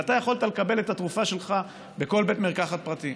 ואתה יכולת לקבל את התרופה שלך בכל בית מרקחת פרטי.